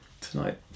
Tonight